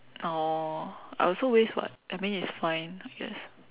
oh I also waste [what] I mean it's fine I guess